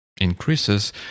increases